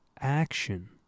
action